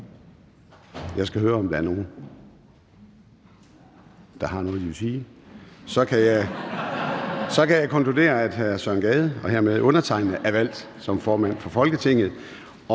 Jeg skal høre, om der er nogen, der har noget, de vil sige. Så kan jeg konkludere, at Søren Gade og hermed undertegnede er valgt som formand for Folketinget.